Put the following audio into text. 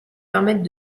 permettent